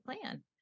plan